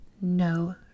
no